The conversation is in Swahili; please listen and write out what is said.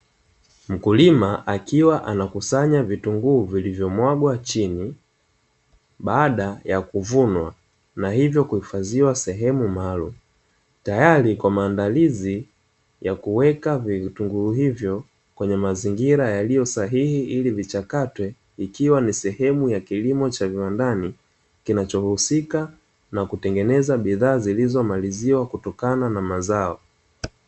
Mkulima akiwa anakusanya vitunguu vilivyomwagwa chini baada ya kuvunwa, na hivyo kuhifadhiwa sehemu maalumu. Tayari kwa maandalizi ya kuweka vitunguu hivyo kwenye mazingira yaliyo sahihi ili vichakatwe, ikiwa ni sehemu ya kilimo cha viwandani, kinachohusika na kutengeneza bidhaa zilizomaliziwa kutokana na mazao.